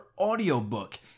audiobook